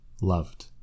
loved